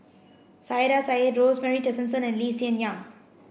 Saiedah Said Rosemary Tessensohn and Lee Hsien Yang